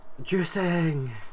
Juicing